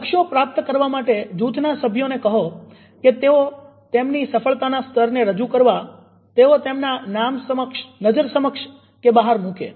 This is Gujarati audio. લક્ષ્યો પ્રાપ્ત કરવા માટે જૂથનાં સભ્યોને કહો કે તેઓ તેમની સફળતાના સ્તરને રજુ કરવા તેઓ તેમના નામ નજર સમક્ષ કે બહાર મુકે